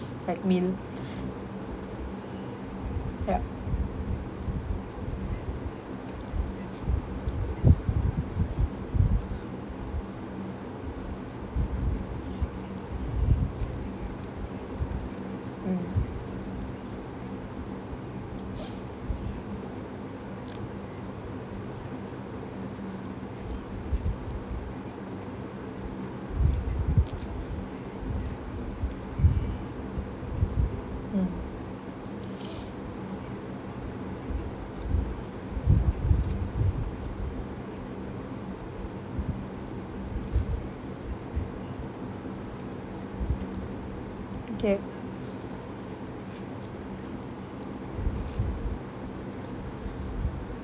like meal ya mm mm okay